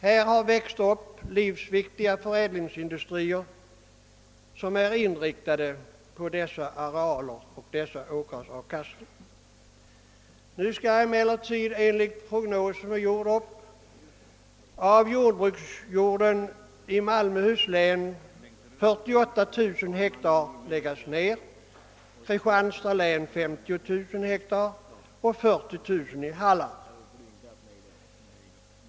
Det har växt upp livsviktiga förädlingsindustrier som är inriktade på dessa åkrars avkastning. Nu skall emellertid enligt den prognos som har gjorts upp 48 000 hektar av jordbruksjorden i Malmöhus län läggas ner, i Kristianstads län 50 000 hektar, i Halland 40 000 hektar.